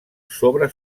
sobre